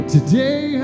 Today